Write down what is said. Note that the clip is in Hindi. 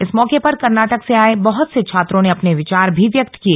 इस मौके पर कर्नाटक से आए बहत से छात्रों ने अपने विचार भी व्यक्त किए